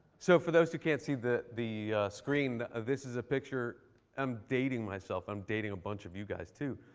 so for those who can't see the the screen, ah this is a picture i'm dating myself. i'm dating a bunch of you guys, too.